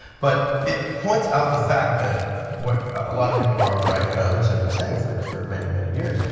but it points out the fact that what a lot of people, robert reich and others have been saying for for many many years,